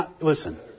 Listen